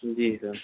جی سر